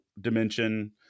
dimension